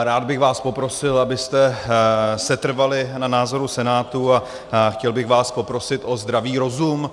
Rád bych vás poprosil, abyste setrvali na názoru Senátu, a chtěl bych vás poprosit o zdravý rozum.